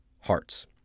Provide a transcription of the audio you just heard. hearts